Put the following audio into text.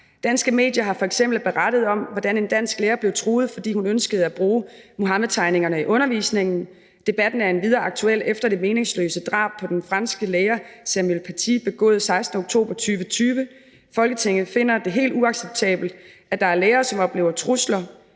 Danske medier har fx berettet om, hvordan en dansk lærer blev truet, fordi hun ønskede at bruge Muhammedtegningerne i undervisningen. Debatten er endvidere aktuel efter det meningsløse drab på den franske lærer Samuel Paty begået 16. oktober 2020. Folketinget finder det helt uacceptabelt, at der er lærere, som oplever trusler.